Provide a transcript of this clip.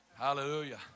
Hallelujah